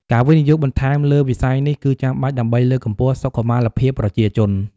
ការវិនិយោគបន្ថែមលើវិស័យនេះគឺចាំបាច់ដើម្បីលើកកម្ពស់សុខុមាលភាពប្រជាជន។